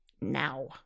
now